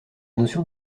notion